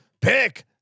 pick